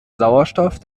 sauerstoff